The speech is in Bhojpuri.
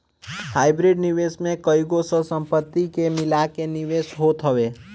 हाइब्रिड निवेश में कईगो सह संपत्ति के मिला के निवेश होत हवे